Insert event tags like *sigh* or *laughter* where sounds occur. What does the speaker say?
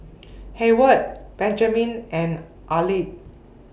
*noise* Hayward Benjman and Arleth